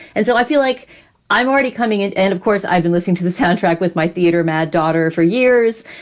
and so i feel like i'm already coming in. and of course, i've been listening to the soundtrack with my theater mad daughter for years.